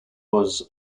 was